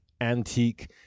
antique